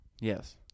Yes